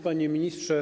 Panie Ministrze!